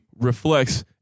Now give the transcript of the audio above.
reflects